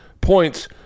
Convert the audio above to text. points